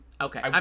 Okay